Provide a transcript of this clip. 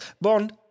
Bond